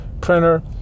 printer